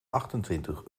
achtentwintig